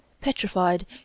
petrified